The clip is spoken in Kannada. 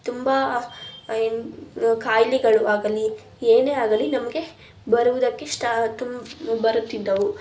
ತುಂಬ ಏನು ಕಾಯಿಲೆಗಳು ಆಗಲಿ ಏನೇ ಆಗಲಿ ನಮಗೆ ಬರುವುದಕ್ಕೆ ಬರುತ್ತಿದ್ದವು